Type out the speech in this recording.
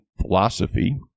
philosophy